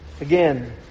Again